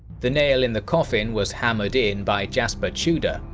the nail in the coffin was hammered in by jasper tudor,